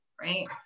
Right